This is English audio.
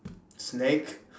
snake